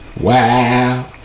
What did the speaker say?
wow